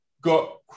got